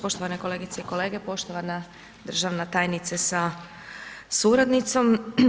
Poštovane kolegice i kolege, poštovana državna tajnice sa suradnicom.